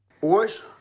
Boys